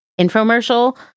infomercial